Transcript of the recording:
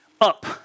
up